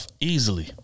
Easily